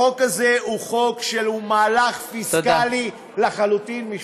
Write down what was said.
החוק הזה הוא חוק שהוא מהלך פיסקלי לחלוטין, תודה.